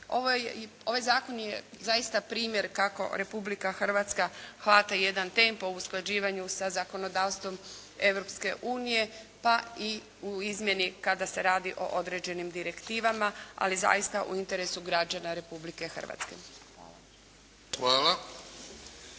Ovaj zakon je zaista primjer kako Republika Hrvatska hvata jedan tempo u usklađivanju sa zakonodavstvom Europske unije pa i u izmjeni kada se radi o određenim direktivama ali zaista u interesu građana Republike Hrvatske. Hvala.